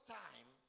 time